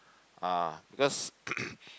uh because